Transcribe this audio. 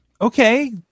Okay